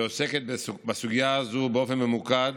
שעוסקת בסוגיה הזו באופן ממוקד.